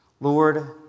Lord